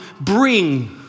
bring